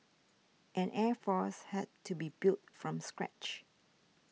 an air force had to be built from scratch